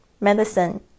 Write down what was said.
medicine